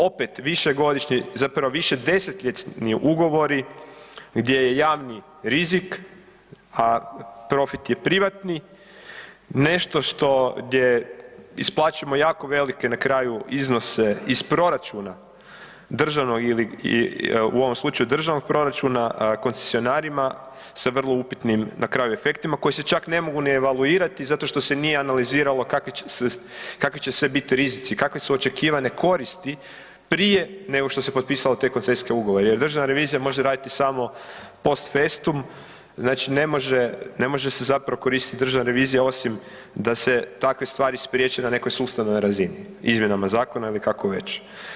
Opet višegodišnji, zapravo višedesetljetni ugovori gdje je javni rizik, a profit je privatni, nešto što, gdje isplaćujemo jako velike na kraju iznose iz proračuna, državnog ili, u ovom slučaju državnog proračuna koncesionarima sa vrlo upitnim na kraju efektima koji se čak ne mogu ni evaluirati zato što se nije analiziralo kakvi će sve, kakvi će sve bit rizici, kakve su očekivane koristi prije nego što se potpisalo te koncesijske ugovore jer državna revizija može raditi samo post festum znači ne može, ne može se zapravo koristit državna revizija osim da se takve stvari spriječe na nekoj sustavnoj razini, izmjenama zakona ili kako već.